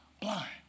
blind